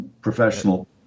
professional